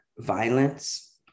violence